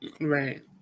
Right